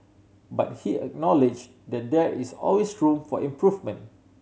but he acknowledged that there is always room for improvement